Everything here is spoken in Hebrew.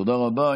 תודה רבה.